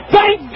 Thank